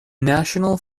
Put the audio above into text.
national